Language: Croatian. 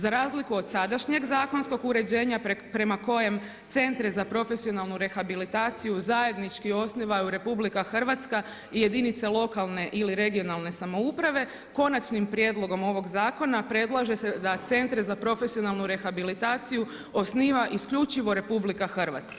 Za razliku od sadašnjeg zakonskog uređenja prema kojem centre za profesionalnu rehabilitaciju zajednički osnivaju RH i jedinice lokalne ili regionalne samouprave, konačnim prijedlogom ovog zakona predlaže se da centre za profesionalnu rehabilitaciju osniva isključivo RH.